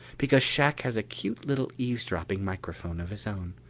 because shac has a cute little eavesdropping microphone of his own.